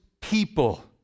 people